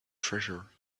treasure